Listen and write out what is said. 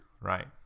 Right